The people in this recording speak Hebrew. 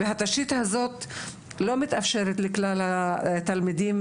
והתשתית הזאת לא מתאפשרת לכלל התלמידים,